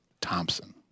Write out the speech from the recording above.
thompson